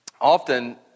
often